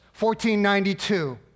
1492